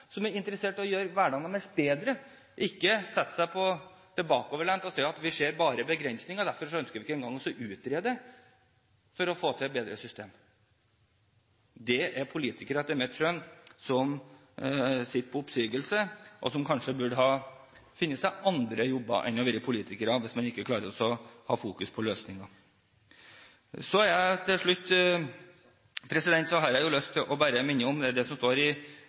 er interessert i å gjøre hverdagen deres bedre, ikke sette seg tilbakelent og si at vi ser bare begrensninger, og derfor ønsker vi ikke engang å utrede for å få til et bedre system. Det er – etter mitt skjønn – politikere som sitter på oppsigelse. De burde kanskje ha funnet seg andre jobber enn å være politikere hvis de ikke klarer å ha fokus på løsninger. Så har jeg til slutt bare lyst til å minne om det som står i